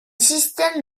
système